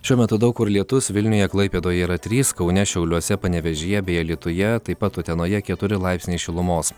šiuo metu daug kur lietus vilniuje klaipėdoje yra trys kaune šiauliuose panevėžyje bei alytuje taip pat utenoje keturi laipsniai šilumos